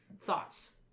Thoughts